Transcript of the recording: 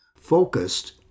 focused